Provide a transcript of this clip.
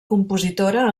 compositora